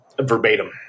verbatim